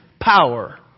power